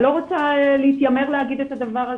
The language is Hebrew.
אני לא רוצה להתיימר להגיד את הדבר הזה.